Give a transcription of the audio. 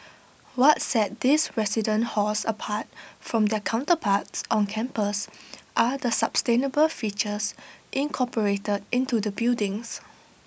what set these residential halls apart from their counterparts on campus are the sustainable features incorporated into the buildings